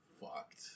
fucked